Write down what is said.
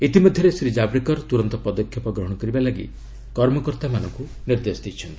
ଇତିମଧ୍ୟରେ ଶ୍ରୀ ଜାବଡେକର ତୁରନ୍ତ ପଦକ୍ଷେପ ଗ୍ରହଣ କରିବା ପାଇଁ କର୍ମକର୍ତ୍ତାମାନଙ୍କୁ ନିର୍ଦ୍ଦେଶ ଦେଇଛନ୍ତି